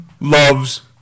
Loves